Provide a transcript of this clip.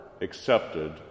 accepted